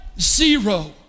zero